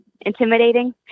intimidating